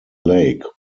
lake